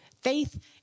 Faith